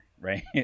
right